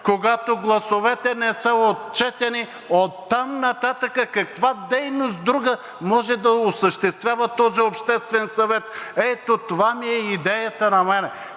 Когато гласовете не са отчетени, оттам нататък каква друга дейност може да осъществява този обществен съвет? Ето това ми е идеята на мен.